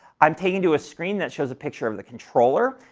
i'm taken to a screen that shows a picture of the controller,